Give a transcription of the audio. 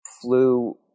flew